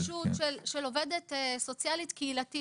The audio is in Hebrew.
יש לנו מודל פשוט של עובדת סוציאלית קהילתית